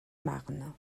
marne